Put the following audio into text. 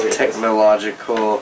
technological